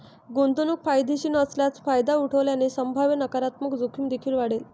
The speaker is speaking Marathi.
गुंतवणूक फायदेशीर नसल्यास फायदा उठवल्याने संभाव्य नकारात्मक जोखीम देखील वाढेल